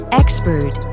expert